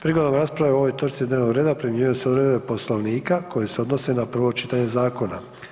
Prigodom rasprave o ovoj točci dnevnog reda primjenjuju se odredbe Poslovnika koje se odnose na prvo čitanje zakona.